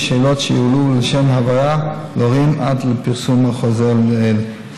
שאלות שיועלו ולשם הבהרה להורים עד לפרסום החוזר לעיל.